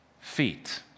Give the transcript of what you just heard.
feet